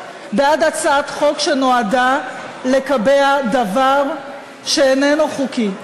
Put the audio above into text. בעד הצעת חוק שנועדה לקבע דבר שאיננו חוקי,